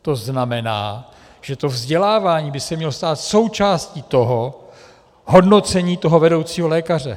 To znamená, že to vzdělávání by se mělo stát součástí hodnocení toho vedoucího lékaře.